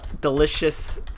delicious